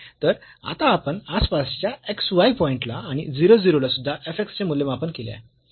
तर आता आपण आसपासच्या x y पॉईंटला आणि 0 0 ला सुद्धा f x चे मूल्यमापन केले आहे